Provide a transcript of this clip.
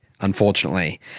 Unfortunately